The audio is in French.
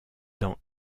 dans